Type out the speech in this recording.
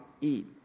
eat